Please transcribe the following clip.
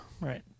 right